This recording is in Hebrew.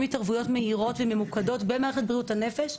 התערבויות מהירות וממוקדות במערכת בריאות הנפש,